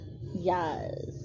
yes